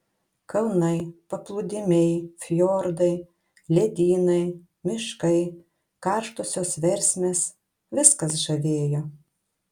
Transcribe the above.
kalnai paplūdimiai fjordai ledynai miškai karštosios versmės viskas žavėjo